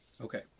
Okay